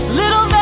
little